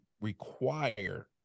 require